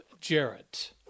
Jarrett